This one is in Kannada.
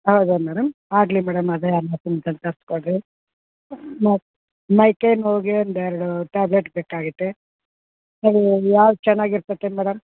ಹೌದಾ ಮೇಡಮ್ ಆಗಲಿ ಮೇಡಮ್ ಅದೇ ತರಿಸ್ಕೊಡ್ರಿ ಮತ್ತೆ ಮೈ ಕೈ ನೋವಿಗೆ ಒಂದೆರಡು ಟ್ಯಾಬ್ಲೆಟ್ ಬೇಕಾಗಿತ್ತು ಅದು ಯಾವ್ದು ಚೆನ್ನಾಗಿರ್ತತ್ತೆ ಮೇಡಮ್